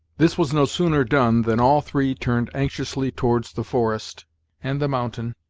this was no sooner done, than all three turned anxiously towards the forest and the mountain,